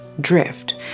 Drift